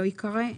לא ייקרא.